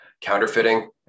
counterfeiting